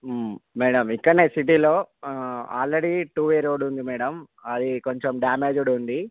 madam ఇక్కడే సిటీలో already two way road ఉంది మేడం అది కొంచెం దమేజ్డ్ ఉంది